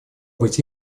быть